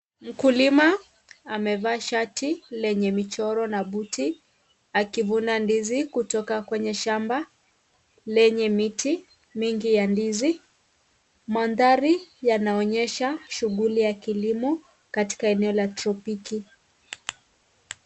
Mkulima amevaa shati lenye michoro na buti akivuna ndizi kutoka kwenye shamba lenye miti mingi ya ndizi. Mandhari yanaonyesha shughuli ya kilimo katika eneo la tropiki.